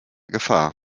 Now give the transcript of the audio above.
gefahr